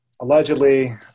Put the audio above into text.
allegedly